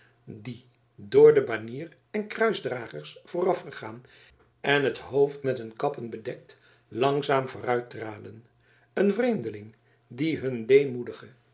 die door de banier en kruisdragers voorafgegaan en het hoofd met hun kappen bedekt langzaam vooruittraden een vreemdeling die hun